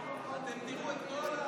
סעיף 1,